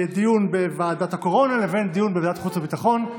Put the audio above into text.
דיון בוועדת הקורונה לבין דיון בוועדת החוץ והביטחון.